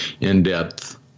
in-depth